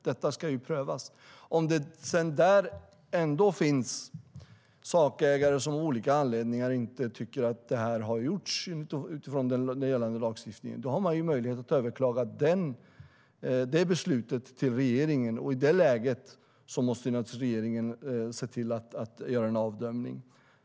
Detta ska prövas. Om det ändå finns sakägare som av olika anledningar inte tycker att det har gjorts utifrån gällande lagstiftning har de möjlighet att överklaga beslutet till regeringen. I det läget måste regeringen naturligtvis göra en avdömning.